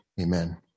amen